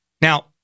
Now